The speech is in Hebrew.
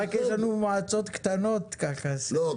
נכון, רק אין לנו מועצות קטנות, אינטימיות.